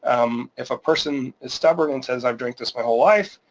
um if a person is stubborn and says, i've drank this my whole life.